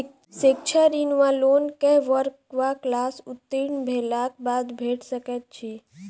शिक्षा ऋण वा लोन केँ वर्ग वा क्लास उत्तीर्ण भेलाक बाद भेट सकैत छी?